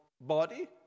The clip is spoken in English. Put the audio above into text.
body